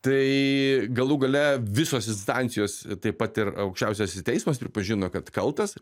tai galų gale visos instancijos taip pat ir aukščiausiasis teismas pripažino kad kaltas